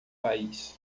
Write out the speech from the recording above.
país